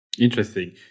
Interesting